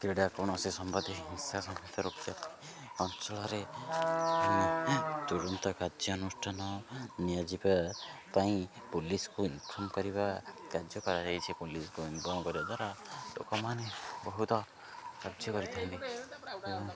କ୍ରୀଡ଼ା କୌଣସି ସମ୍ବନ୍ଧୀୟ ହିଂସା ସମ୍ବନ୍ଧୀୟ ରପା ଅଞ୍ଚଳରେ ତୁରନ୍ତ କାର୍ଯ୍ୟାନୁଷ୍ଠାନ ନିଆଯିବା ପାଇଁ ପୋଲିସ୍କୁ ଇନଫର୍ମ କରିବା କାର୍ଯ୍ୟ କରାଯାଇଛି ପୋଲିସ୍କୁ ଇନଫର୍ମ କରିବା ଦ୍ୱାରା ଲୋକମାନେ ବହୁତ କାର୍ଯ୍ୟ କରିଥାନ୍ତି ଏବଂ